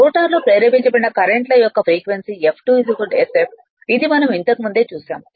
రోటర్లో ప్రేరేపించబడిన కర్రెంట్ల యొక్క ఫ్రీక్వెన్సీ F2 sf ఇది మనం ఇంతకుముందే చూసాము